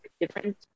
different